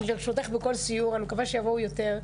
אני לרשותך בכל סיור, אני מקווה שיבואו יותר.